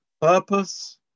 purpose